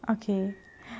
okay